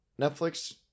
Netflix